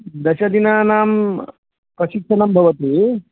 दशदिनानां प्रशिक्षणं भवति